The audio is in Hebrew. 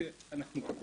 שום דבר,